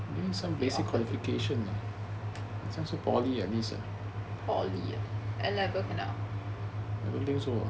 poly ah N-level cannot